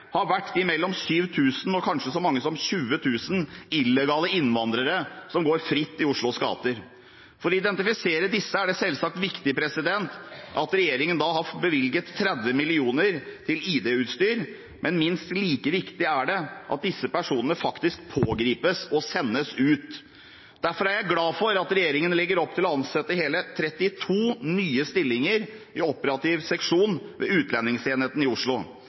har vært de mellom 7 000 og kanskje så mange som 20 000 illegale innvandrerne som går fritt i Oslos gater. For å identifisere disse er det selvsagt viktig at regjeringen har bevilget 30 mill. kr til ID-utstyr, men minst like viktig er det at disse personene faktisk pågripes og sendes ut. Derfor er jeg glad for at regjeringen legger opp til å opprette hele 32 nye stillinger i operativ seksjon ved Utlendingsenheten i Oslo.